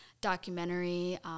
documentary